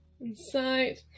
Insight